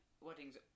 weddings